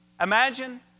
Imagine